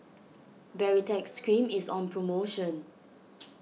Baritex Cream is on promotion